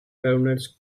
paranoid